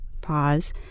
Pause